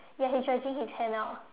ya he's stretching his hand out